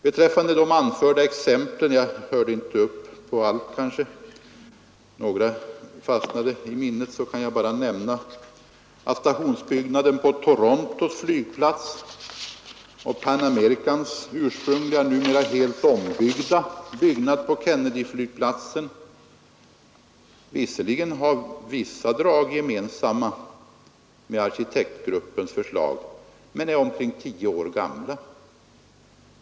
Beträffande de anförda exemplen — jag hörde kanske inte alla men några fastnade i minnet kan jag bara nämna att stationsbyggnaden på Torontos flygplats och Pan Americans ursprungliga, numera helt ombyggda byggnad på Kennedyflygplatsen visserligen har vissa drag gemensamma med arkitektgruppens förslag men är omkring tio år gamla.